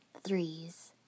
Threes